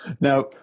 Now